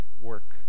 work